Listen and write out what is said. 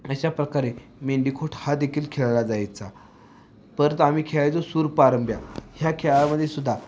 अशा प्रकारे मेंडीकोट हा देखील खेळला जायचा परत आम्ही खेळायचो सूरपारंब्या ह्या खेळामध्ये सुद्धा